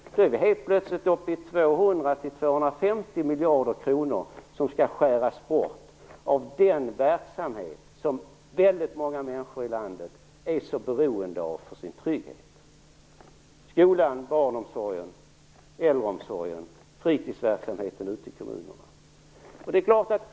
Då är vi plötsligt uppe i 200-250 miljarder kronor som skall skäras bort av den verksamhet som väldigt många människor är så beroende av för sin trygghet: skolan, barnomsorgen, äldreomsorgen och fritidsverksamheten ute i kommunerna.